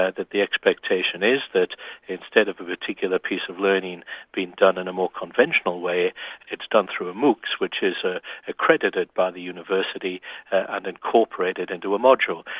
that that the expectation is that instead of a particular piece of learning being done in a more conventional way it's done through a moocs which is accredited by the university and incorporated into a module.